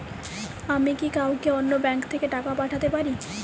আমি কি কাউকে অন্য ব্যাংক থেকে টাকা পাঠাতে পারি?